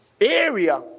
area